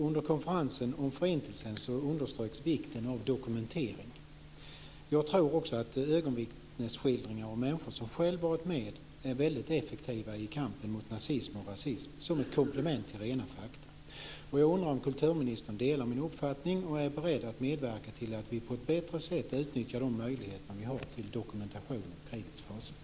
Under konferensen om Förintelsen underströks vikten av dokumentering. Jag tror att ögonvittnesskildringar av människor som själva har varit med är väldigt effektiva i kampen mot nazism och rasism som ett komplement till rena fakta. Jag undrar om kulturministern delar min uppfattning och är beredd att medverka till att vi på ett bättre sätt utnyttjar de möjligheter som vi har till dokumentation av krigets fasor.